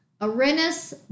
Arenas